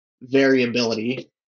variability